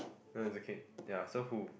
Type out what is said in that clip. no it's okay ya so who